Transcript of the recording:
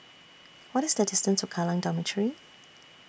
What IS The distance to Kallang Dormitory